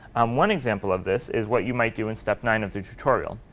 um one example of this is what you might do in step nine of the tutorial,